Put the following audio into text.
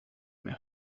mehr